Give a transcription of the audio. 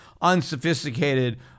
unsophisticated